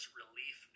relief